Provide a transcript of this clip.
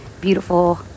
beautiful